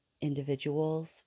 individuals